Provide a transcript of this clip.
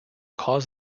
cause